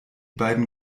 beiden